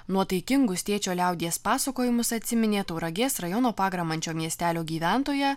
nuotaikingus tėčio liaudies pasakojimus atsiminė tauragės rajono pagramančio miestelio gyventoja